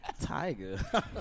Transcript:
Tiger